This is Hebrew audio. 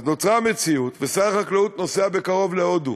אז נוצרה המציאות, ושר החקלאות נוסע בקרוב להודו.